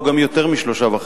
הוא גם יותר מ-3.5%;